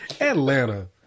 Atlanta